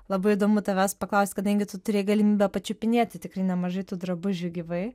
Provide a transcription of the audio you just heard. labai įdomu tavęs paklaust kadangi tu turėjai galimybę pačiupinėti tikrai nemažai tų drabužių gyvai